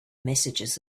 messages